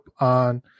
on